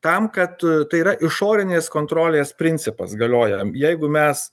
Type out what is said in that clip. tam kad tai yra išorinės kontrolės principas galioja jeigu mes